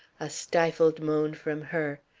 a stifled moan from her,